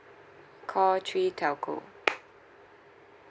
call three telco